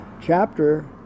chapter